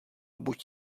buď